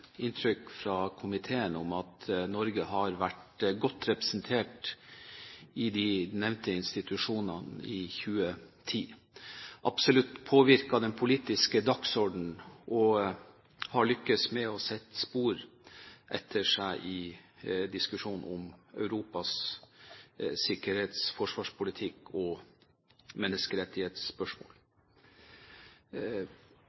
inntrykk i komiteen av at Norge har vært godt representert i de nevnte institusjonene i 2010, at man absolutt har påvirket den politiske dagsordenen og har lyktes med å sette spor etter seg i diskusjonen om Europas sikkerhets- og forsvarspolitikk og menneskerettighetsspørsmål.